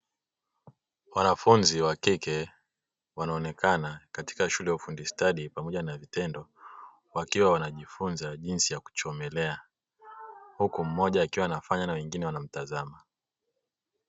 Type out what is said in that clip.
Wanafunzi wa kike wanaonekana katika shule ya ufundi stadi pamoja na vitendo wakiwa wanajifunza jinsi ya kuchomelea, huku mmoja akiwa anafanya na wengine wanamtazama .